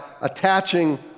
attaching